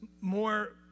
more